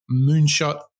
Moonshot